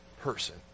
person